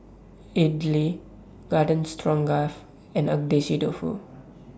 Idili Garden Stroganoff and Agedashi Dofu